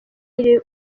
iri